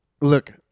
look